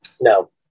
No